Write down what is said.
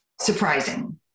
surprising